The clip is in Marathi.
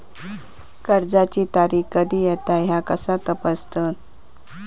कर्जाची तारीख कधी येता ह्या कसा तपासतत?